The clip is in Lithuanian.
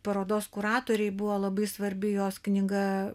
parodos kuratorei buvo labai svarbi jos knyga